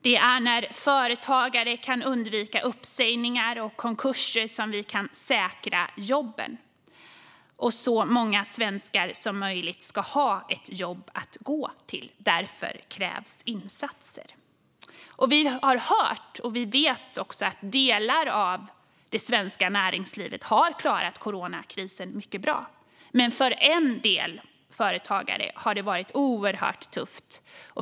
Det är när företagare kan undvika uppsägningar och konkurser som vi kan säkra jobben. Och så många svenskar som möjligt ska ha ett jobb att gå till. Därför krävs insatser. Vi har hört, och vi vet, att delar av det svenska näringslivet har klarat coronakrisen mycket bra. Men för en del företagare har det varit oerhört tufft.